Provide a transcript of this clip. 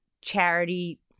charity